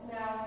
Now